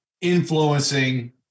influencing